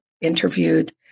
interviewed